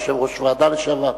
יושב-ראש ועדה לשעבר.